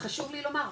חשוב לי לומר,